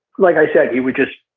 like i said, he would just,